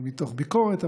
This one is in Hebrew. מתוך ביקורת,